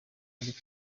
ari